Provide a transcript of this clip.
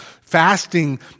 Fasting